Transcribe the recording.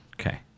Okay